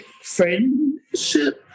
friendship